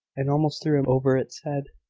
and almost threw him over its head.